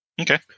Okay